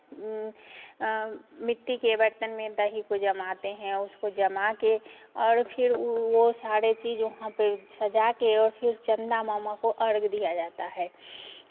मिट्टी के बर्तन में दही को जमाते हैं उसको जमा कर और फिर वो सारे चीज़ वहां पे सजा कर और फिर चंदा मामा को अर्घ्य दिया जाता है